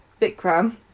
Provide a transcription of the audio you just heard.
Vikram